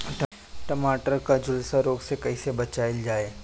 टमाटर को जुलसा रोग से कैसे बचाइल जाइ?